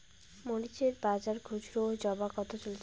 মরিচ এর বাজার খুচরো ও জমা কত চলছে?